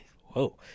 Whoa